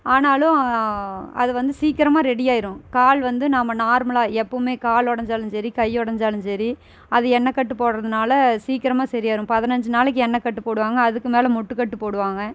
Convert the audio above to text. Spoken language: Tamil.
ஆனாலும் அது வந்து சீக்கரமாக ரெடி ஆகிடும் கால் வந்து நம்ம நார்மலாக எப்போவுமே கால் உடஞ்சாலும் சரி கை உடஞ்சலும் சரி அது எண்ணெய் கட்டு போடறதுனால் சீக்கிரமா சரி ஆயிடும் பதினஞ்சு நாளைக்கு எண்ணெய் கட்டு போடுவாங்க அதுக்கு மேல் முட்டுக்கட்டு போடுவாங்க